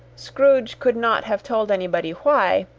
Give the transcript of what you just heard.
scrooge could not have told anybody why,